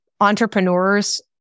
entrepreneurs